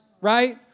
right